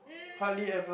um